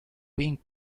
being